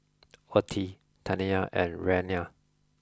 Ottie Taniya and Rayna